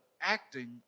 acting